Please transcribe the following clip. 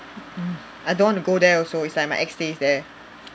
I don't want to go there also it's like my ex stays there